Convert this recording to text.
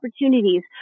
opportunities